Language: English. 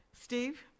Steve